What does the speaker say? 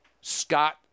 Scott